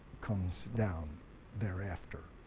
comes down thereafter